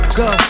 go